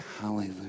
hallelujah